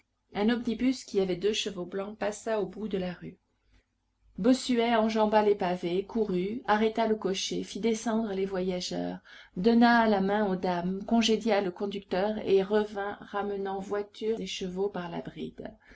un omnibus qui avait deux chevaux blancs passa au bout de la rue bossuet enjamba les pavés courut arrêta le cocher fit descendre les voyageurs donna la main aux dames congédia le conducteur et revint ramenant voiture et chevaux par la bride